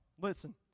Listen